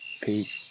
Peace